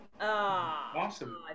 Awesome